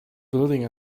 building